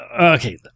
okay